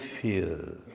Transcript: fear